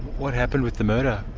what happened with the murder?